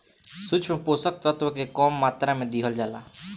सूक्ष्म पोषक तत्व के कम मात्रा में दिहल जाला